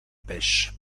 pêche